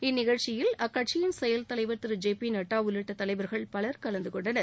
இந்நிகழ்ச்சியில் அக்கட்சியின் செயல் தலைவர் திரு ஜே பி நட்டா உள்ளிட்ட தலைவர்கள் பலர் கலந்து கொண்டனர்